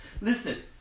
Listen